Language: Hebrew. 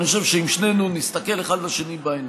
אני חושב שאם שנינו נסתכל אחד על השני בעיניים,